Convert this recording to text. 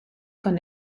con